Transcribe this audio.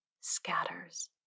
scatters